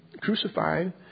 crucified